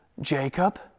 Jacob